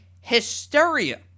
hysteria